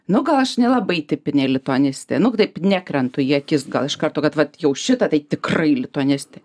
nu gal aš nelabai tipinė lituanistė nu taip nekrentu į akis gal iš karto kad vat jau šita tai tikrai lituanistė